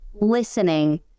listening